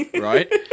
right